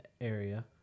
area